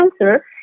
cancer